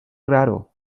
raro